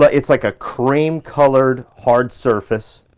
but it's like a cream-colored hard surface.